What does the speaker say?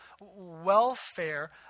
welfare